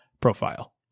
profile